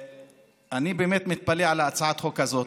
אני באמת מתפלא על הצעת החוק הזאת.